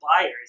buyers